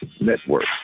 Network